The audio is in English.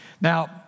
Now